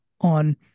on